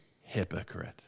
hypocrite